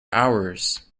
hours